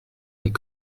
les